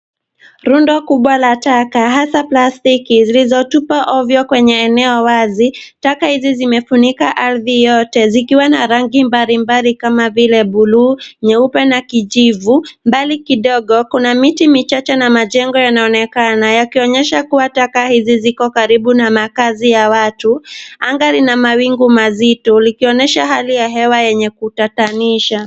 Rundo kubwa la taka hasa plastiki zilizotupwa ovyo kwenye eneo wazi. Taka hizi zimefunika ardhi yote zikiwa na rangi mbalimbali kama vile buluu, nyeupe na kijivu. Mbali kidogo kuna miti michache na majengo yanaonekana yakionyesha kuwa taka hizi ziko karibu na makazi ya watu. Anga lina mawingu mazito likionyesha hali ya hewa lenye kutatanisha.